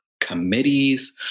committees